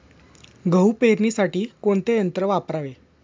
गहू पेरणीसाठी कोणते यंत्र वापरावे?